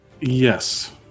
Yes